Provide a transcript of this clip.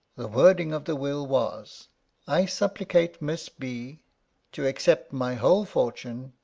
the wording of the will was i supplicate miss b to accept my whole fortune,